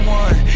one